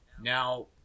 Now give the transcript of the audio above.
now